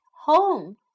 home